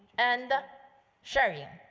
and sharing.